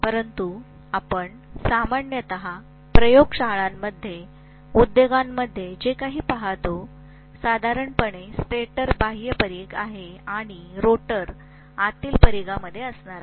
परंतु आपण सामान्यत प्रयोगशाळांमध्ये उद्योगांमध्ये जे काही पाहतो साधारणपणे स्टेटर बाह्य परिघ आहे आणि रोटर आतील परिघामध्ये असणार आहे